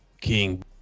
King